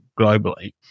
globally